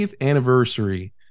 anniversary